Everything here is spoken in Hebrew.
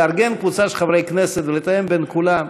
לארגן קבוצה של חברי כנסת ולתאם בין כולם?